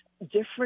different